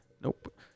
Nope